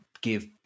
give